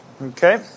Okay